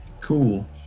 Cool